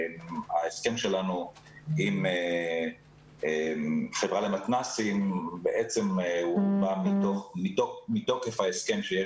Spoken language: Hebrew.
ההסכם שלנו עם החברה למתנ"סים בא מתוקף ההסכם שיש